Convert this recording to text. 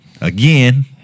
Again